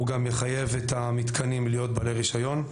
הוא גם מחייב את המתקנים להיות ברי רישיון.